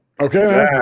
Okay